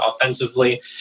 offensively